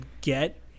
get